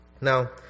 Now